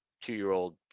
two-year-old